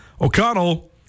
O'Connell